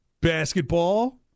basketball